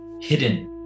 hidden